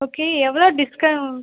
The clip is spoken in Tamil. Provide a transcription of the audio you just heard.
ஓகே எவ்வளோ டிஸ்கவுண்ட்